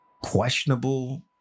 questionable